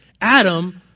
Adam